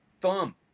thumb